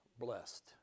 blessed